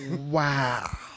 wow